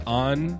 on